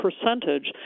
percentage